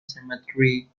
cemetery